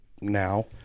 now